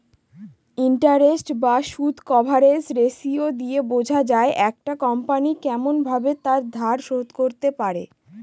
interest বা সুদ coverage ratio দিয়ে বোঝা যায় একটা কোম্পনি কেমন ভাবে তার ধার শোধ করতে পারে